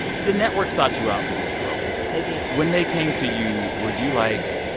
the network sought you out for this role they did when they came to you, were you like,